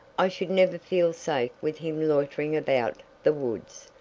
i should never feel safe with him loitering about the woods.